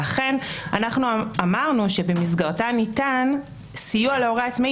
לכן אמרנו שבמסגרתה ניתן סיוע להורה העצמאי,